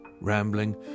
rambling